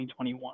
2021